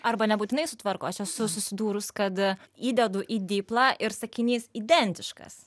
arba nebūtinai sutvarko aš esu susidūrus kad įdedu į deeplą ir sakinys identiškas